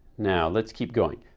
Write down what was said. now let's keep going.